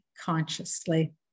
consciously